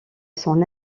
son